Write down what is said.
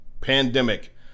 pandemic